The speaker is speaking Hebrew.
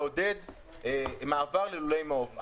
לעודד מעבר ללולי מעוף.